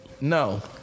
No